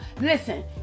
Listen